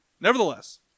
Nevertheless